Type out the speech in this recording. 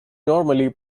normally